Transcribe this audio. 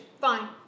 fine